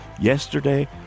Yesterday